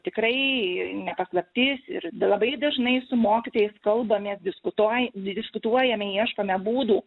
tikrai ne paslaptis ir labai dažnai su mokytojais kalbamės diskutuoj diskutuojame ieškome būdų